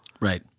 right